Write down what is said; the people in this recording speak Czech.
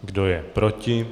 Kdo je proti?